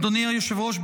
אדוני היושב-ראש,